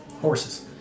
horses